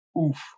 Oof